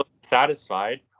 satisfied